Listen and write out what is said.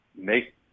make